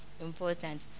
important